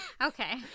Okay